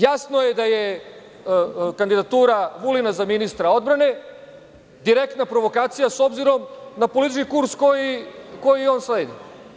Jasno je da je kandidatura Vulina za ministra odbrane direktna provokacija s obzirom na politički kurs koji on sledi.